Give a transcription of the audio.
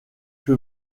que